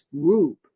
group